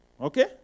Okay